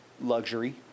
luxury